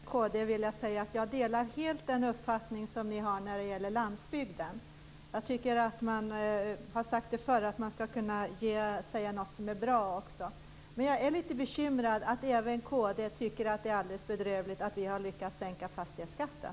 Herr talman! Jag skulle vilja säga att jag delar helt den uppfattning som Kristdemokraterna har om landsbygden. Det har sagts förr att man skall kunna säga det som är bra. Men jag är litet bekymrad över att även kd tycker att det är alldeles bedrövligt att vi har lyckats sänka fastighetsskatten.